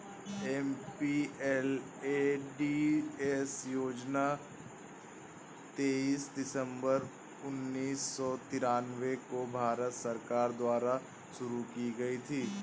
MPLADS योजना तेईस दिसंबर उन्नीस सौ तिरानवे को भारत सरकार द्वारा शुरू की गयी थी